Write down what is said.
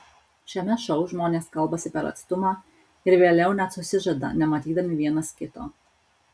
šiame šou žmonės kalbasi per atstumą ir vėliau net susižada nematydami vienas kito